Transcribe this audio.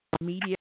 media